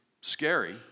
scary